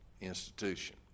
institution